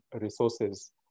resources